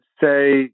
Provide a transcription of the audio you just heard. say